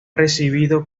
recibido